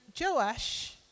Joash